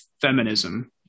feminism